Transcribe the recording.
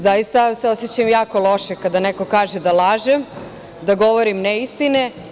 Zaista se osećam jako loše kada neko kaže da lažem, da govorim neistine.